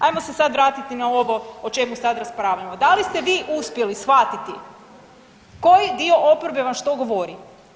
Ajmo se sad vratiti na ovo o čemu sad raspravljamo, da li ste vi uspjeli shvatiti koji dio oporbe vam što govori?